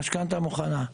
המשכנתא מוכנה.